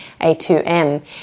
A2M